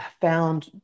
found